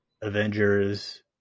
Avengers